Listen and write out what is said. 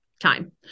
time